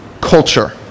culture